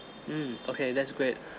mm okay that's great